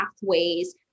pathways